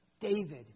David